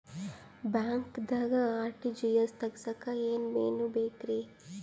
ಬ್ಯಾಂಕ್ದಾಗ ಆರ್.ಟಿ.ಜಿ.ಎಸ್ ತಗ್ಸಾಕ್ ಏನೇನ್ ಬೇಕ್ರಿ?